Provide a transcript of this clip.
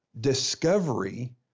discovery